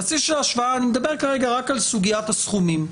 אני מדבר כרגע רק על סוגיית הסכומים,